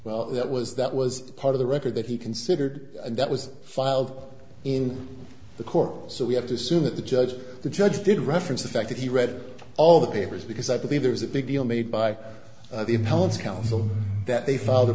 well that was that was part of the record that he considered and that was filed in the court so we have to assume that the judge the judge did reference the fact that he read all the papers because i believe there was a big deal made by the intel is counsel that they f